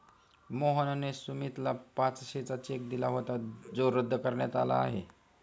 मोहनने सुमितला पाचशेचा चेक दिला होता जो रद्द करण्यात आला आहे